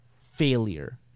failure